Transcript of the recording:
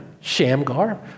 Shamgar